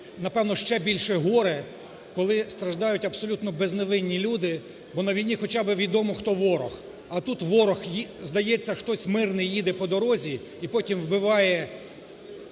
напевно, ще більше горе, коли страждають абсолютно безневинні люди, бо на війні хоча би відомо, хто ворог, а тут ворог, здається, хтось мирний їде по дорозі і потім вбиває